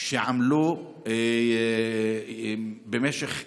שעמלו במשך שעות,